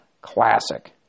Classic